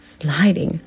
sliding